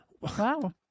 wow